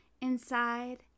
Inside